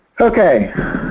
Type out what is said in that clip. Okay